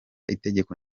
itegeko